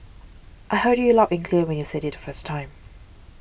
I heard you loud and clear when you said it the first time